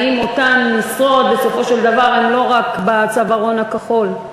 האם אותן משרות בסופו של דבר הן לא רק בצווארון הכחול.